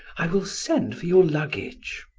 i will send for your luggage.